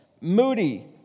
Moody